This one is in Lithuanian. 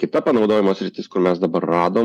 kita panaudojimo sritis kur mes dabar radom